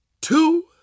two